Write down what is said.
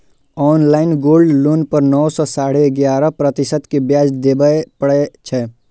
online gold loan पर नौ सं साढ़े ग्यारह प्रतिशत के ब्याज देबय पड़ै छै